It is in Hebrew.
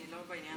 אני לא בעניין.